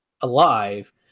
alive